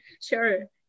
Sure